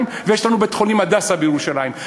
ויש לנו בית-חולים "הדסה" בירושלים.